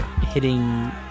hitting